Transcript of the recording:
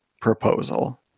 proposal